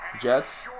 Jets